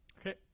Okay